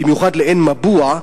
ובמיוחד לעין-מבוע?